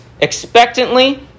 expectantly